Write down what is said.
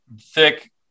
thick